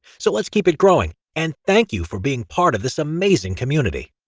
so let's keep it growing and thank you for being part of this amazing community!